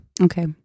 Okay